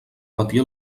patir